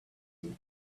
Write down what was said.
you